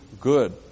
good